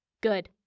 Good